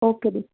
okay ਜੀ